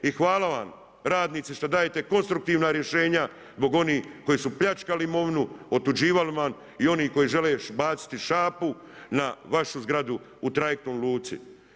I hvala vam radnici što dajete konstruktivna rješenja zbog onih koji su pljačkali imovinu, otuđivali vam i oni koji žele još baciti šapu na vašu zgradu u trajektnoj luci.